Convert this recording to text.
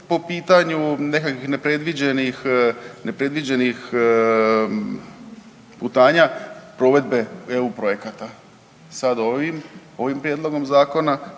po pitanju nekakvih nepredviđenih putanja provedbe EU projekata. Sad ovim, ovim Prijedlogom zakona,